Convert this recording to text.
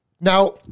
Now